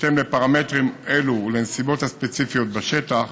בהתאם לפרמטרים אלו ולנסיבות הספציפיות בשטח